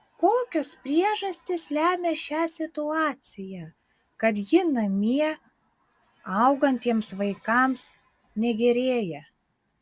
kokios priežastys lemia šią situaciją kad ji namie augantiems vaikams negerėja